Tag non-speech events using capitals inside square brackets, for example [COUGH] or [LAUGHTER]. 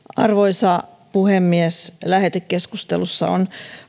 [UNINTELLIGIBLE] arvoisa puhemies lähetekeskustelussa on